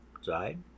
side